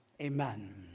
amen